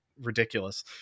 ridiculous